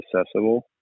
accessible